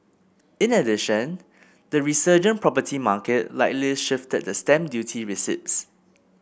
in addition the resurgent property market likely shifted the stamp duty receipts